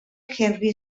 henry